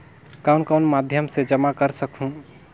कौन कौन सा माध्यम से जमा कर सखहू?